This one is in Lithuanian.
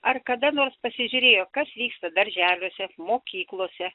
ar kada nors pasižiūrėjo kas vyksta darželiuose mokyklose